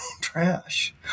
trash